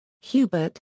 Hubert